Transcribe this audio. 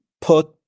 put